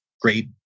great